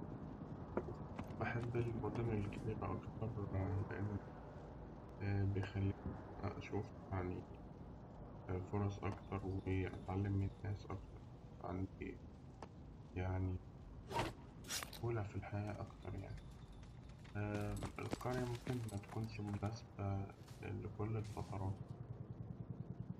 بحب المدن الكبيرة أكتر لأن بيخليني أشوف فرص أكتر وأتعلم من الناس أكتر، بسهولة في الحياة أكتر، القرية ممكن متكونش مناسبة لكل الفترات.